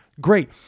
Great